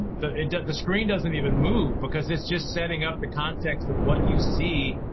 the the screen doesn't even move because it's just setting up the context of what you see